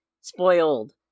spoiled